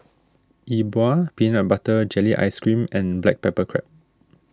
E Bua Peanut Butter Jelly Ice Cream and Black Pepper Crab